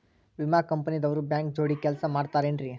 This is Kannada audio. ವಿಮಾ ಕಂಪನಿ ದವ್ರು ಬ್ಯಾಂಕ ಜೋಡಿ ಕೆಲ್ಸ ಮಾಡತಾರೆನ್ರಿ?